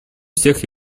всех